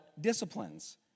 disciplines